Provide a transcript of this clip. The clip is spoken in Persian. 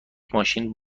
ماشین